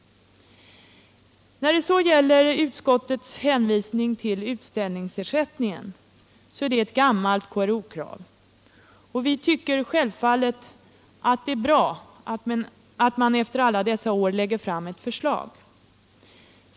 Vad gäller utställningsersättningen, som utskottet hänvisar till, så är det ett gammalt KRO-krav. Vi tycker självfallet att det är bra att man efter alla dessa år lägger fram ett förslag.